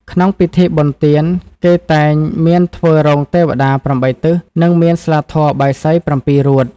ក្នុងពិធីបុណ្យទាន គេតែមានធ្វើរោងទេវតា ៨ ទិស និងមានស្លាធម៌ បាយសី ៧ រួត។